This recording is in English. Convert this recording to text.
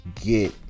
Get